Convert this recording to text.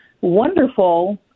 wonderful